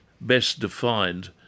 best-defined